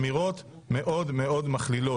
אמירות מאוד מאוד מכלילות.